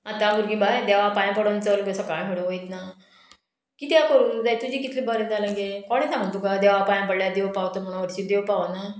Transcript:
आतां भुरगीं बाय देवा पांय पडोन चल गो सकाळीं फुडें खंय वयतना कित्या करूं जाय तुजी कितलें बरें जालें गे कोणे सांगला तुका देवा पांय पडल्यार देव पावता म्हणून हरशीं देव पावना